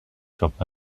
dropped